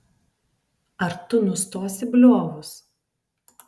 ar tu nustosi bliovus